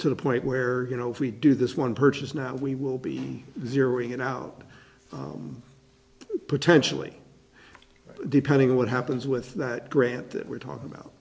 to the point where you know if we do this one purchase now we will be zeroing in out potentially depending on what happens with that grant that we're talking about